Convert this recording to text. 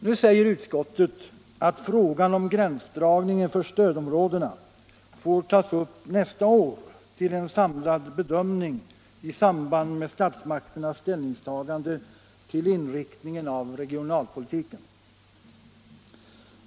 Nu säger utskottet att frågan om gränsdragningen för stödområdena får tas upp nästa år till en samlad bedömning i samband med statsmakternas ställningstagande till inriktningen av regionalpolitiken.